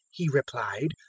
he replied,